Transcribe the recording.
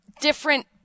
different